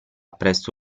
presto